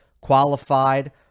qualified